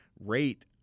rate